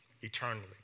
eternally